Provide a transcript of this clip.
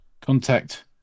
Contact